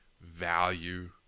value